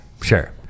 Sure